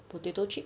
potato chip